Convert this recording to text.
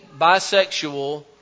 bisexual